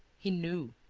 he knew.